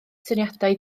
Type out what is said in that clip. syniadau